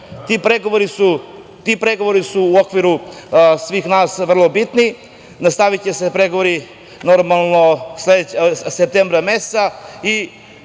Ti pregovori su u okviru svih nas vrlo bitni. Nastaviće se pregovori normalno septembra meseca